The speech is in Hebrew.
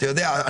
אתה יודע,